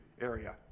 area